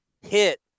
hit